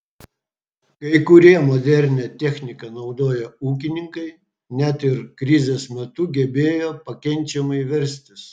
kai kurie modernią techniką naudoję ūkininkai net ir krizės metu gebėjo pakenčiamai verstis